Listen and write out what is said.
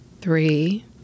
three